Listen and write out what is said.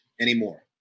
anymore